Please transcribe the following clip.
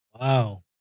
Wow